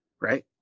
right